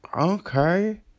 okay